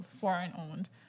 foreign-owned